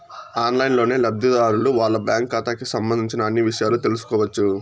ఆన్లైన్లోనే లబ్ధిదారులు వాళ్ళ బ్యాంకు ఖాతాకి సంబంధించిన అన్ని ఇషయాలు తెలుసుకోవచ్చు